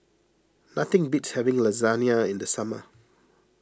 nothing beats having Lasagna in the summer